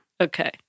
Okay